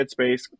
headspace